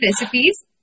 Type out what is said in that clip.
recipes